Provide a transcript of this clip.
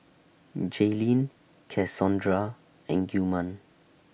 Jayleen Cassondra and Gilman